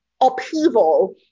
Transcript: upheaval